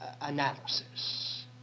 analysis